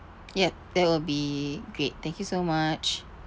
ya that will be great thank you so much